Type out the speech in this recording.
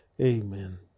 Amen